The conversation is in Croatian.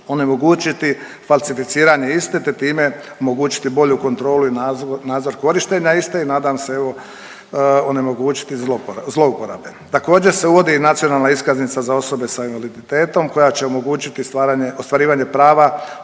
onemogućiti falsificiranje iste, te time omogućiti bolju kontrolu i nadzor korištenja iste i nadam se evo onemogućiti zlouporabe. Također se uvodi i Nacionalna iskaznica za osobe sa invaliditetom koja će omogućiti ostvarivanje prava